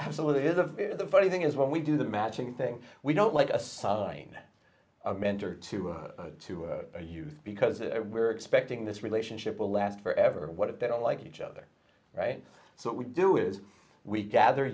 absolutely the the funny thing is when we do the matching thing we don't like assign a mentor to to a youth because we're expecting this relationship will last forever what if they don't like each other right so we do is we gather